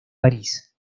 parís